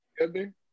together